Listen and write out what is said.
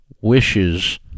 wishes